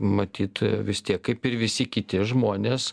matyt vis tiek kaip ir visi kiti žmonės